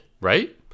right